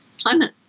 climate